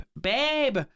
babe